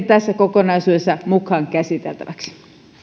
tässä kokonaisuudessa mukaan käsiteltäväksi